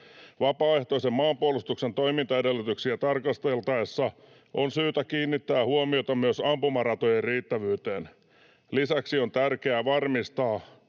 Vapaaehtoisen maanpuolustuksen toimintaedellytyksiä tarkasteltaessa on syytä kiinnittää huomiota myös ampumaratojen riittävyyteen. Lisäksi on tärkeää varmistaa,